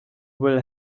will